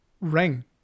ring